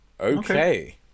okay